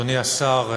אדוני השר,